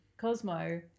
Cosmo